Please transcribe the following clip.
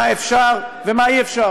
מה אפשר ומה אי-אפשר,